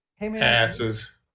asses